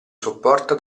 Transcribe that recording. sopporta